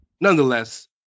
Nonetheless